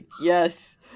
yes